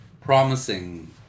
promising